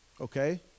Okay